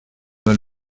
mal